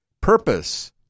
purpose